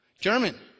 German